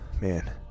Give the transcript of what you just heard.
man